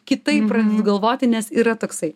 kitaip pradedu galvoti nes yra toksai